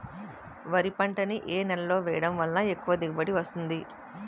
వరి పంట ని ఏ నేలలో వేయటం వలన ఎక్కువ దిగుబడి వస్తుంది?